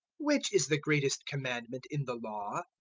which is the greatest commandment in the law?